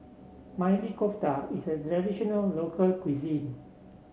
Maili Kofta is a traditional local cuisine